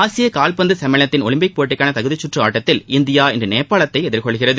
ஆசிய கால்பந்து சம்மேளத்தின் ஒலிம்பிக் போட்டிக்கான தகுதிக்கற்று ஆட்டத்தில் இந்தியா இன்று நேபாளத்தை எதிர்கொள்கிறது